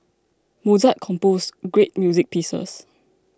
Mozart composed great music pieces